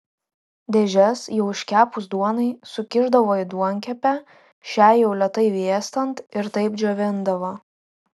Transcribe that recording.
dėžes jau iškepus duonai sukišdavo į duonkepę šiai jau lėtai vėstant ir taip džiovindavo